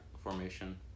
formation